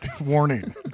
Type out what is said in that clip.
Warning